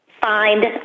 find